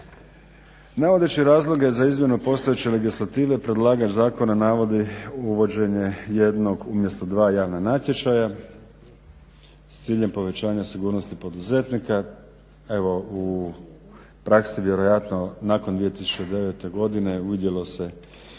Navodeći razloge za izmjenu postojeće legislative predlagač zakona navodi uvođenje jednog umjesto dva javna natječaja s ciljem povećanja sigurnosti poduzetnika. Evo u praksi vjerojatno nakon 2009. godine vidjelo se